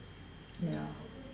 ya